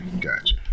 gotcha